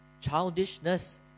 Childishness